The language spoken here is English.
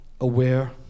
aware